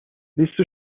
لیست